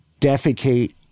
defecate